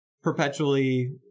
perpetually